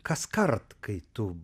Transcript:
kaskart kai tu